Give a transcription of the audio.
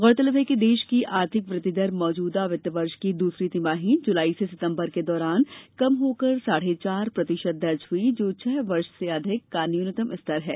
गौरतलब है कि देश की आर्थिक वृद्वि दर मौजूदा वित्त वर्ष की दूसरी तिमाही जुलाई से सितंबर के दौरान कम होकर साढ़े चार प्रतिशत दर्ज हई जो छह वर्ष से अधिक का न्यूनतम स्तर है